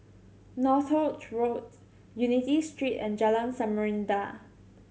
Northolt Road Unity Street and Jalan Samarinda